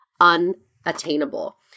unattainable